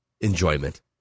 enjoyment